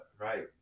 right